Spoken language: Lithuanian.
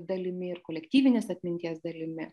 dalimi ir kolektyvinės atminties dalimi